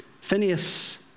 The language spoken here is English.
Phineas